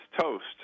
toast